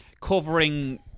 covering